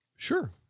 Sure